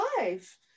life